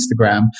Instagram